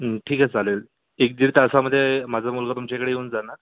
ठीक आहे चालेल एक दीड तासामध्ये माझा मुलगा तुमच्या इकडे येऊन जाणार